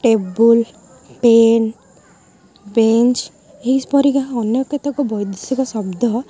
table pen bench ଏହିପରି ଅନ୍ୟ କେତେକ ବୈଦେଶିକ ଶବ୍ଦ